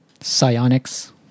psionics